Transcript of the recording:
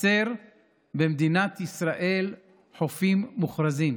חסרים במדינת ישראל חופים מוכרזים.